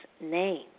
name